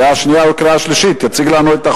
ההצעה מובאת לקריאה שנייה ושלישית, ויציג אותה